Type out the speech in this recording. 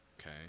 okay